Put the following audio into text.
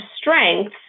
strengths